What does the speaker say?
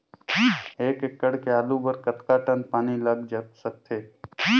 एक एकड़ के आलू बर कतका टन पानी लाग सकथे?